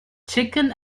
chicken